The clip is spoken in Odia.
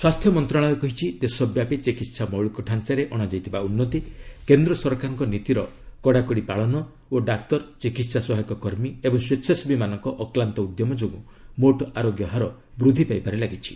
ସ୍ୱାସ୍ଥ୍ୟ ମନ୍ତ୍ରଣାଳୟ କହିଛି ଦେଶବ୍ୟାପୀ ଚିକିତ୍ସା ମୌଳିକତାଞାରେ ଅଣାଯାଇଥିବା ଉନ୍ନତି କେନ୍ଦ୍ର ସରକାରଙ୍କ ନୀତିର କଡ଼ାକଡ଼ି ପାଳନ ଓ ଡାକ୍ତର ଚିକିତ୍ସା ସହାୟକ କର୍ମୀ ଏବଂ ସ୍ୱେଚ୍ଛାସେବୀମାନଙ୍କ ଅକ୍ଲାନ୍ତ ଉଦ୍ୟମ ଯୋଗୁଁ ମୋଟ୍ ଆରୋଗ୍ୟ ହାର ବୃଦ୍ଧି ପାଇବାରେ ଲାଗିଛି